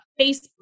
Facebook